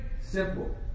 simple